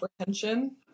apprehension